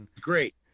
great